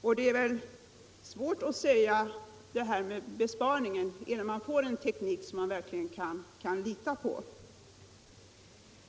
Och det är väl svårt att säga att detta skulle betyda litet för besparingen innan man får en teknik som man verkligen kan lita på.